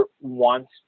wants